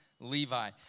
Levi